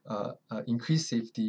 uh uh increase safety